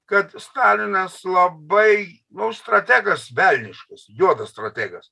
kad stalinas labai nu strategas velniškas juodas strategas